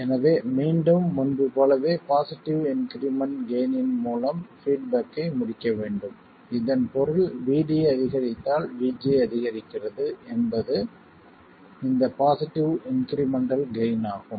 எனவே மீண்டும் முன்பு போலவே பாசிட்டிவ் இன்க்ரிமெண்ட் கெய்ன் இன் மூலம் பீட்பேக்கை முடிக்க வேண்டும் இதன் பொருள் VD அதிகரித்தால் VG அதிகரிக்கிறது என்பது இந்த பாசிட்டிவ் இன்க்ரிமெண்ட்டல் கெய்ன் ஆகும்